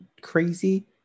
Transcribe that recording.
crazy